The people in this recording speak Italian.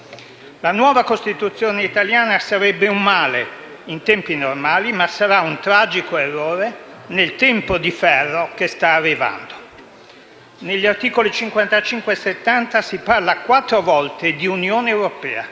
La nuova Costituzione italiana sarebbe un male in tempi normali, ma sarà un tragico errore nel tempo di ferro che sta arrivando. Negli articoli 55 e 70 si parla quattro volte di Unione europea,